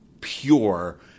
pure